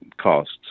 costs